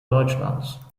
deutschlands